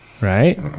right